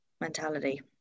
mentality